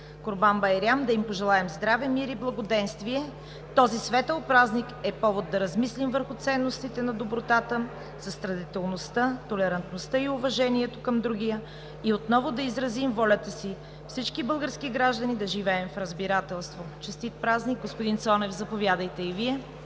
Курбан байрам. Да им пожелаем здраве, мир и благоденствие! Този светъл празник е повод да размислим върху ценностите на добротата, състрадателността, толерантността и уважението към другия и отново да изразим волята си всички български граждани да живеем в разбирателство. Честит празник! Господин Цонев, заповядайте и Вие.